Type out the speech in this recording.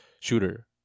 shooter